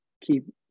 keep